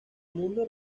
mundo